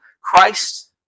Christ